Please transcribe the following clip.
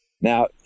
Now